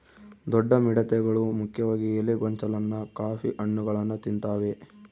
ದೊಡ್ಡ ಮಿಡತೆಗಳು ಮುಖ್ಯವಾಗಿ ಎಲೆ ಗೊಂಚಲನ್ನ ಕಾಫಿ ಹಣ್ಣುಗಳನ್ನ ತಿಂತಾವೆ